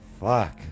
fuck